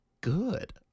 good